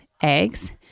eggs